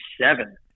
seven